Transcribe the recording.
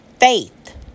Faith